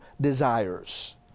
desires